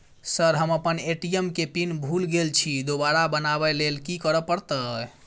Sir हम अप्पन ATM केँ पिन भूल गेल छी दोबारा बनाबै लेल की करऽ परतै?